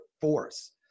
force